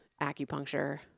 acupuncture